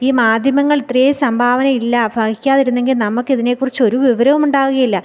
ഈ മാധ്യമങ്ങൾ ഇത്രയും സംഭാവന ഇല്ലാ വഹികാത്തിരുന്നെങ്കിൽ നമുക്ക് ഇതിനെ കുറിച്ചൊരു വിവരവും ഉണ്ടാവുകയില്ല